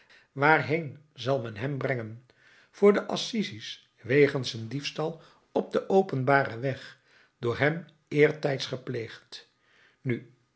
waarheen zal men hem brengen voor de assises wegens een diefstal op den openbaren weg door hem eertijds gepleegd nu